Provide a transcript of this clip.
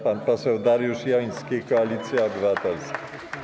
Pan poseł Dariusz Joński, Koalicja Obywatelska.